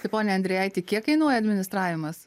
tai pone endrijaiti kiek kainuoja administravimas